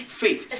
faith